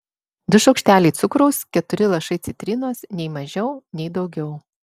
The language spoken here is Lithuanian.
du šaukšteliai cukraus keturi lašai citrinos nei mažiau nei daugiau